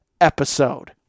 episode